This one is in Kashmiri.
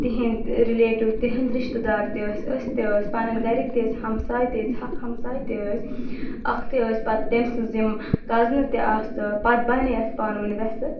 تِہنٛد رِلیٹِو تِہنٛدۍ رِشتہٕ دار تہِ ٲسۍ أسۍ تہِ ٲسۍ پَنٕنۍ گَرِکۍ تہِ ٲسۍ ہَمساے تہِ ٲسۍ حق ہَمساے تہِ ٲسۍ اَکھتُے ٲسۍ پَتہٕ تٔمۍ سٕنٛز یِم کَزنہٕ تہِ آسہٕ پَتہٕ بَنے اَسہِ پانہٕ ؤنۍ ویسہٕ